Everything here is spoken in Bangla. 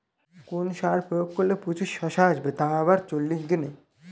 কোন সার প্রয়োগ করলে প্রচুর শশা আসবে তাও আবার চল্লিশ দিনে?